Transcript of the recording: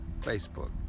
Facebook